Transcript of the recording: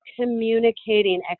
communicating